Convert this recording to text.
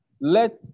Let